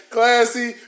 Classy